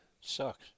Sucks